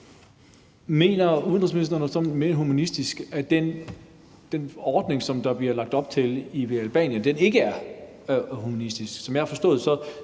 udenrigsministeren, at den ordning, som der bliver lagt op til i Albanien, ikke er humanistisk?